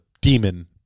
demon